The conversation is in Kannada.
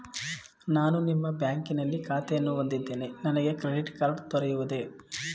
ನಾನು ನಿಮ್ಮ ಬ್ಯಾಂಕಿನಲ್ಲಿ ಖಾತೆಯನ್ನು ಹೊಂದಿದ್ದೇನೆ ನನಗೆ ಕ್ರೆಡಿಟ್ ಕಾರ್ಡ್ ದೊರೆಯುವುದೇ?